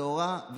טהורה.